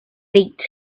feet